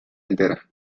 entera